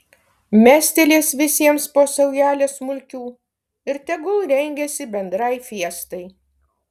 mestelės visiems po saujelę smulkių ir tegul rengiasi bendrai fiestai